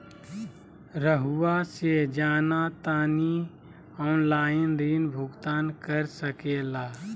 रहुआ से जाना तानी ऑनलाइन ऋण भुगतान कर सके ला?